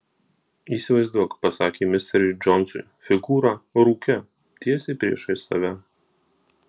įsivaizduok pasakė misteriui džonsui figūrą rūke tiesiai priešais save